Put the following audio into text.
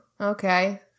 okay